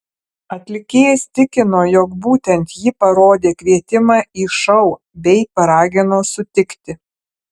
atlikėjas tikino jog būtent ji parodė kvietimą į šou bei paragino sutikti